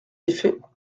effet